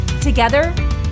Together